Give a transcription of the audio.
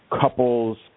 couples